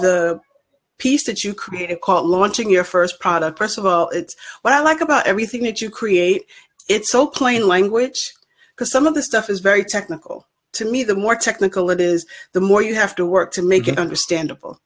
are piece that you create a car launching your first product first of all it's what i like about everything that you create it's so clean language because some of the stuff is very technical to me the more technical it is the more you have to work to make it understandable